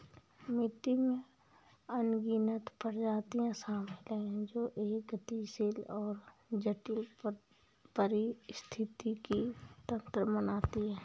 मिट्टी में अनगिनत प्रजातियां शामिल हैं जो एक गतिशील और जटिल पारिस्थितिकी तंत्र बनाती हैं